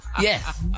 Yes